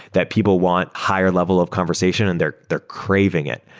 that people want higher level of conversation and they're they're craving it.